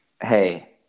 hey